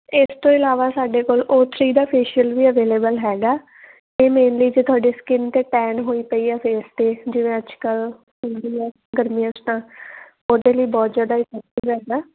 ਇਸ ਤੋਂ ਇਲਾਵਾ ਸਾਡੇ ਕੋਲ ਓ ਥਰੀ ਦਾ ਫੇਸ਼ੀਅਲ ਵੀ ਅਵੇਲੇਬਲ ਹੈਗਾ ਇਹ ਮੇਨਲੀ ਜੇ ਤੁਹਾਡੀ ਸਕਿਨ 'ਤੇ ਟੈਨ ਹੋਈ ਪਈ ਆ ਫੇਸ 'ਤੇ ਜਿਵੇਂ ਅੱਜ ਕੱਲ੍ਹ ਹੁੰਦੀ ਆ ਗਰਮੀਆਂ 'ਚ ਤਾਂ ਉਹਦੇ ਲਈ ਬਹੁਤ ਜ਼ਿਆਦਾ ਈਫੈਕਟਿਵ ਹੈਗਾ